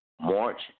March